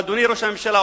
אדוני ראש הממשלה,